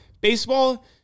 Baseball